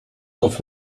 off